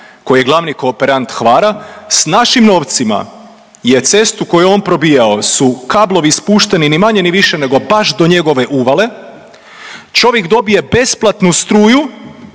koji je glavni kooperant Hvara s našim novcima je cestu koju je on probijao su kablovi spušteni ni manje ni više nego baš do njegove uvale. Čovjek dobije besplatnu struju